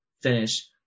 finish